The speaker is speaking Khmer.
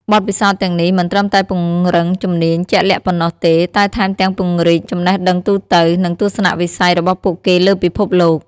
បទពិសោធន៍ទាំងនេះមិនត្រឹមតែពង្រឹងជំនាញជាក់លាក់ប៉ុណ្ណោះទេ តែថែមទាំងពង្រីកចំណេះដឹងទូទៅ និងទស្សនវិស័យរបស់ពួកគេលើពិភពលោក។